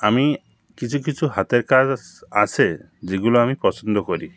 আমি কিছু কিছু হাতের কাজ আছে যেগুলো আমি পছন্দ করি